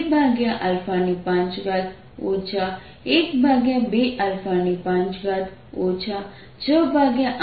તેથી W4π02015 385છે